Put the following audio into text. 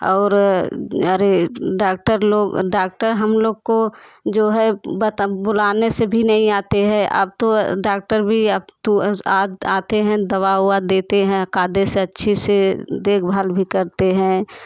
और अरे डॉक्टर लोग डॉक्टर हम लोग को जो है बता बुलाने से भी नहीं आते हैं अब तो डॉक्टर भी अब तो याद आते हैं दवा उवा देते हैं कायदे से अच्छे से देखभाल भी करते हैं